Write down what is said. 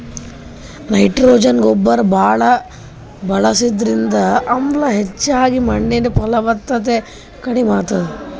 nitrogen ಗೊಬ್ಬರ್ ಭಾಳ್ ಬಳಸದ್ರಿಂದ ಆಮ್ಲ ಹೆಚ್ಚಾಗಿ ಮಣ್ಣಿನ್ ಫಲವತ್ತತೆ ಕಡಿಮ್ ಆತದ್